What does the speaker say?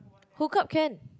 hook up can